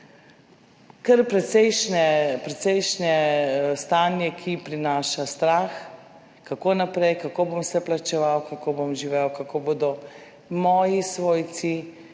precejšnje stanje, ki prinaša strah kako naprej, kako bom vse plačeval, kako bom živel, kako bodo moji svojci